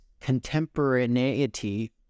contemporaneity